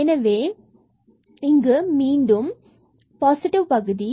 எனவே இங்கு மீண்டும் ஒரு பாசிட்டிவ் பகுதி